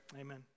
amen